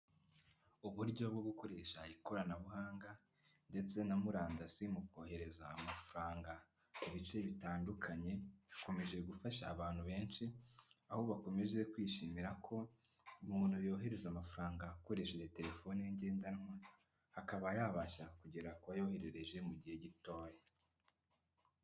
Uburyo bwo gukoresha ikoranabuhanga ndetse na murandasi mu kohereza amafaranga, mu bice bitandukanye hakomeje gufasha abantu benshi ,aho bakomeje kwishimira ko umuntu yohereza amafaranga akoresheje telefone ye ngendanwa, akaba yabasha kugera kuyoherereje mu gihe gitoya.